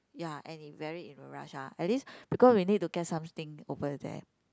ya and in very in a rush ah at least because we need to get some thing over there